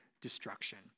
destruction